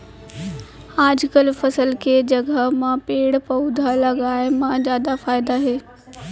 आजकाल फसल के जघा म पेड़ पउधा लगाए म जादा फायदा हे